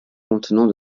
contenant